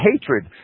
hatred